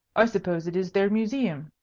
i suppose it is their museum,